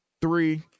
three